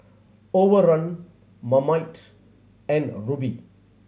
Overrun Marmite and Rubi